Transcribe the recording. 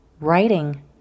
writing